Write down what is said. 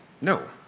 No